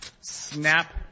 Snap